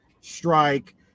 Strike